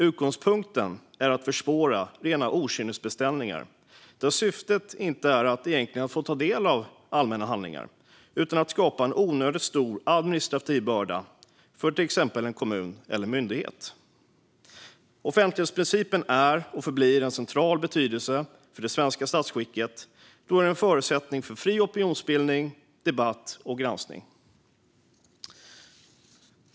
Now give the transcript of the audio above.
Utgångspunkten är att försvåra rena okynnesbeställningar, där syftet egentligen inte är att få ta del av allmänna handlingar utan att skapa en onödigt stor administrativ börda för till exempel en kommun eller en myndighet. Offentlighetsprincipen är och förblir av central betydelse för det svenska statsskicket, då den är en förutsättning för fri opinionsbildning, debatt och granskning.